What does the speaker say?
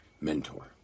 mentor